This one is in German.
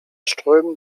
strömen